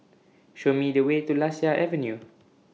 Show Me The Way to Lasia Avenue